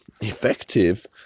effective